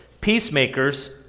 Peacemakers